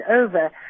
over